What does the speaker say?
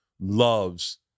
loves